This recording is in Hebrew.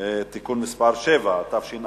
(תיקון מס' 7), התש"ע